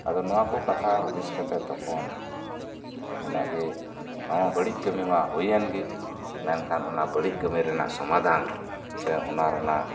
ᱟᱫᱚ ᱱᱚᱶᱟ ᱠᱚ ᱠᱟᱛᱷᱟ ᱦᱩᱫᱤᱥ ᱠᱟᱛᱮ ᱛᱚᱠᱷᱚᱱ ᱥᱟᱹᱨᱤ ᱱᱟᱜ ᱜᱮ ᱱᱚᱶᱟ ᱵᱟᱹᱲᱤᱡ ᱠᱟᱹᱢᱤ ᱢᱟ ᱦᱩᱭᱮᱱ ᱜᱮ ᱢᱮᱱᱠᱷᱟᱱ ᱚᱱᱟ ᱵᱟᱹᱲᱤᱡ ᱠᱟᱹᱢᱤ ᱨᱮᱱᱟᱜ ᱥᱚᱢᱟᱫᱷᱟᱱ ᱥᱮ ᱚᱱᱟ ᱨᱮᱱᱟᱜ